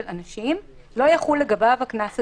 מספר אנשים לא יחול לגביו הקנס הגבוה.